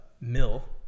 mill